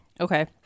Okay